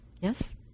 Yes